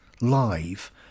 live